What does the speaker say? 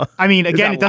i mean, again,